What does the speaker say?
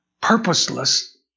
purposeless